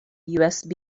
usb